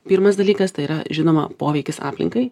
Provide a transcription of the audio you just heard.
pirmas dalykas tai yra žinoma poveikis aplinkai